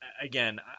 again